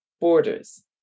borders